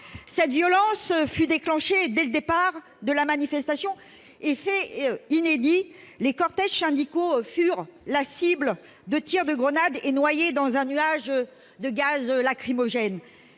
Cette violence fut déclenchée dès le départ de la manifestation, et- fait inédit -les cortèges syndicaux furent la cible de tirs de grenades et se retrouvèrent noyés dans un nuage de gaz lacrymogène.